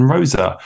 Rosa